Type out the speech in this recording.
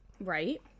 Right